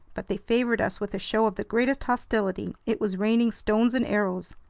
but they favored us with a show of the greatest hostility. it was raining stones and arrows.